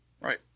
right